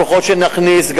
הכוחות שנכניס,